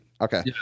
Okay